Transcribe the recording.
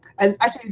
and actually,